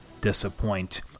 disappoint